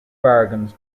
bargains